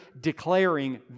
declaring